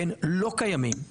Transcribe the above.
לא קיימים,